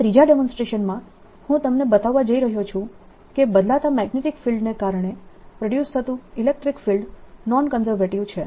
આ ત્રીજા ડેમોન્સ્ટ્રેશનમાં હું તમને બતાવવા જઇ રહ્યો છું કે બદલાતા મેગ્નેટીક ફિલ્ડને કારણે પ્રોડ્યુસ થતું ઇલેક્ટ્રીક ફિલ્ડ નોન કન્ઝર્વેટીવ છે